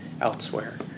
elsewhere